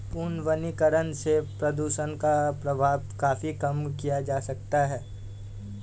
पुनर्वनीकरण से प्रदुषण का प्रभाव काफी कम किया जा सकता है